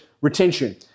retention